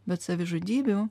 bet savižudybių